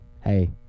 Hey